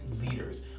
leaders